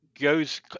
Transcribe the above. goes